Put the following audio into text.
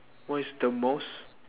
what is the most